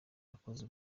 akoze